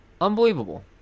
unbelievable